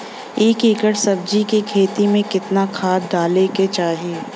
एक एकड़ सब्जी के खेती में कितना खाद डाले के चाही?